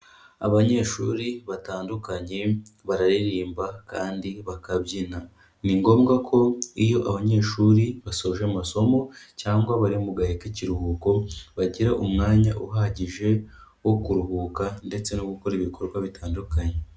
Abanyeshuri batandukanye, bararirimba kandi bakabyina. Ni ngombwa ko iyo abanyeshuri basoje amasomo cyangwa bari mu gahe k'ikiruhuko, bagira umwanya uhagije wo kuruhuka ndetse no gukora ibikorwa bitandukanye.